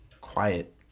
quiet